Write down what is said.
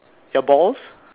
your balls